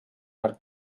arc